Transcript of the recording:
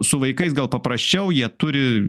su vaikais gal paprasčiau jie turi